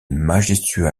majestueux